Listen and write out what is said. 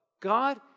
God